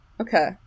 Okay